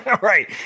Right